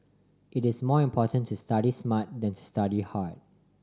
it is more important to study smart than to study hard